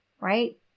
right